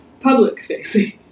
public-facing